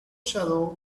shadow